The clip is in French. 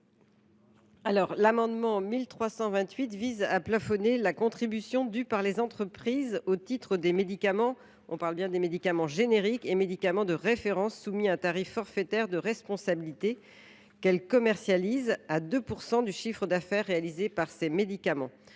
L’amendement n° 1328 rectifié vise à plafonner la contribution due par les entreprises au titre des médicaments génériques et médicaments de référence soumis à un tarif forfaitaire de responsabilité qu’elles commercialisent à 2 % du chiffre d’affaires réalisé par ces médicaments.